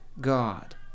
God